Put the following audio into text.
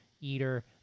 eater